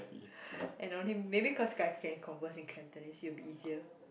and only maybe cause guide can converse in Cantonese it would be easier